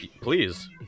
Please